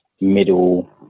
middle